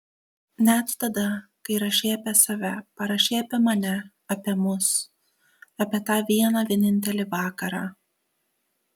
net tada kai rašei apie save parašei apie mane apie mus apie tą vieną vienintelį vakarą